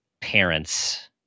parents